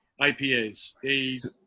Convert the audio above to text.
IPAs